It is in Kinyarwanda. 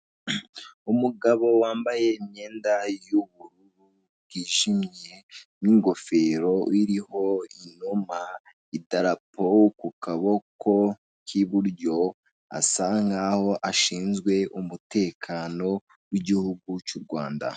Umugabo wambaye imyenda y' ubururu bw'ijimye n' ingofero iriho inuma ,idarapo ku kaboko k'iburyo asa nkaho ashinzwe umutekano w'igihugu cy'u Rwanda.